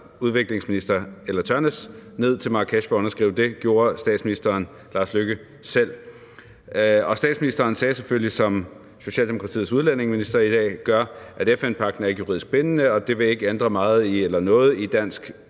udviklingsminister Ulla Tørnæs ned til Marrakesh for at underskrive. Det gjorde statsministeren Lars Løkke Rasmussen selv. Og statsministeren sagde selvfølgelig, som Socialdemokratiets udlændingeminister i dag gør, at FN-pagten ikke er juridisk bindende, og at det ikke vil ændre meget eller noget i dansk